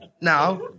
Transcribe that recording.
Now